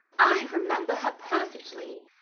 i remember her perfectly.